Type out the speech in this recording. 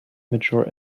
mature